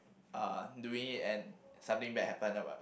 uh doing it and something bad happen